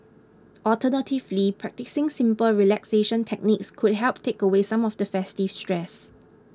alternatively practising simple relaxation techniques could help take away some of the festive stress